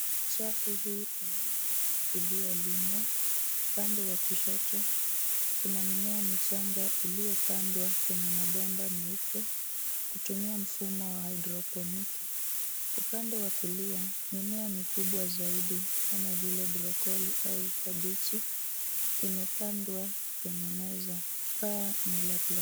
Safu hii ina mimea iliyolimwa. Upande wa kushoto kuna mimea michanga iliyopandwa kwenye mabomba meupe kutumia mfumo wa haidroponiki. Upande wa kulia mimea mikubwa zaidi kama vile brokoli au kabichi imepandwa kwenye meza. Paa ni la pla...